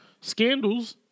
scandals